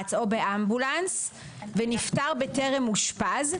נמרץ או באמבולנס ונפטר בטרם אושפז,